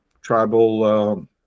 tribal